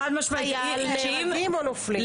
חיילים נהרגים או נופלים.